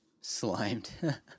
Slimed